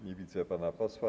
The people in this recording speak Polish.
Nie widzę pana posła.